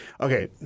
okay